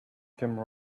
came